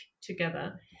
together